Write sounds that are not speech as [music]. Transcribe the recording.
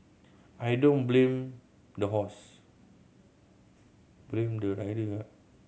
I don't blame the horse [unintelligible]